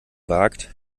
wagt